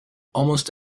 almost